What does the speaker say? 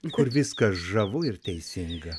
kur viskas žavu ir teisinga